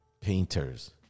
painters